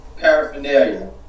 Paraphernalia